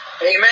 amen